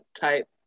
type